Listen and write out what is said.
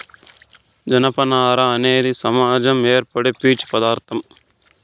జనపనార అనేది సహజంగా ఏర్పడే పీచు పదార్ధం